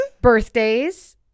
birthdays